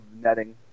netting